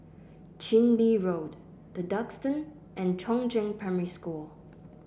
Chin Bee Road The Duxton and Chongzheng Primary School